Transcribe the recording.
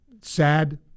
sad